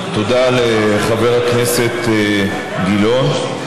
תודה לחבר הכנסת גילאון.